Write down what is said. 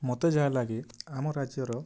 ମୋତେ ଯାହା ଲାଗେ ଆମ ରାଜ୍ୟର